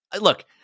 Look